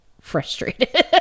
frustrated